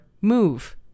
move